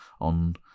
on